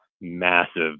massive